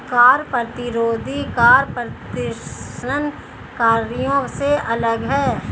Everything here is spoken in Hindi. कर प्रतिरोधी कर प्रदर्शनकारियों से अलग हैं